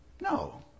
No